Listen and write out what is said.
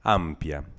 ampia